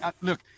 look